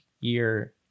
year